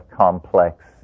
complex